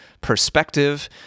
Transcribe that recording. perspective